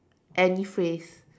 any phrase